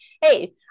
hey